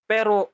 Pero